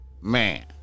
man